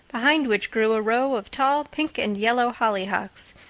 behind which grew a row of tall pink and yellow hollyhocks,